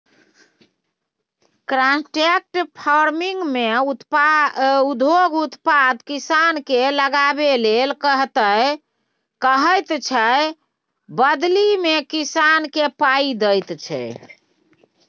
contract फार्मिंगमे उद्योग उत्पाद किसानकेँ लगाबै लेल कहैत छै बदलीमे किसानकेँ पाइ दैत छै